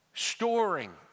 storing